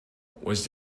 was